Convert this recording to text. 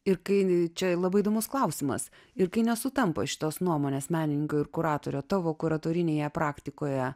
ir kai čia labai įdomus klausimas ir kai nesutampa šitos nuomonės menininko ir kuratorio tavo kuratorinėje praktikoje